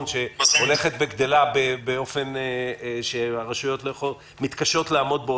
שהולכת וגדלה באופן שהרשויות מתקשות לעמוד בו,